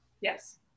Yes